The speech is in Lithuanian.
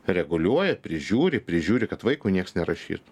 reguliuoja prižiūri prižiūri kad vaikui nieks nerašytų